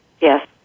Yes